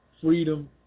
freedom